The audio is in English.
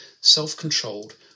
self-controlled